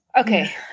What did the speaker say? okay